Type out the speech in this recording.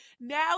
Now